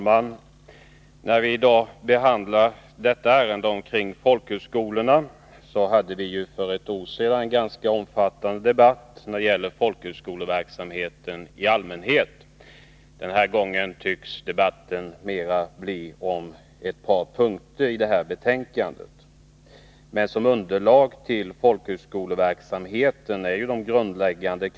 Herr talman! Dagens behandling av ärendet om folkhögskolorna sker mot bakgrund av att vi för ett år sedan hade en ganska omfattande debatt om folkhögskoleverksamheten i allmänhet. Den här gången tycks debatten mera komma att inrikta sig på ett par punkter i det betänkande som föreligger.